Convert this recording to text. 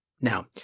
Now